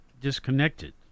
disconnected